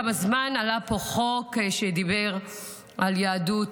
לפני כמה זמן עלה פה חוק שדיבר על יהדות